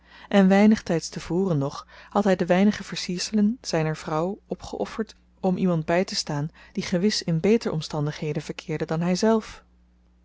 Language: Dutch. en weinig tyds te voren nog had hy de weinige versierselen zyner vrouw opgeofferd om iemand bytestaan die gewis in beter omstandigheden verkeerde dan hyzelf